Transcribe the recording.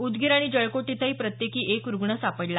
उदगीर आणि जळकोट इथंही प्रत्येकी एक रुग्ण सापडला